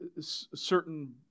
certain